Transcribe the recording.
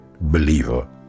believer